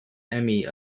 emmy